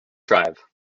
tribe